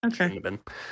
Okay